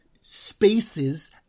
spaces